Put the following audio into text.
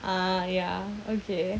ah ya okay